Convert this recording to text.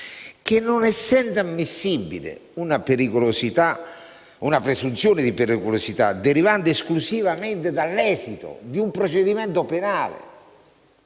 che, non essendo ammissibile una presunzione di pericolosità derivante esclusivamente dall'esito di un procedimento penale,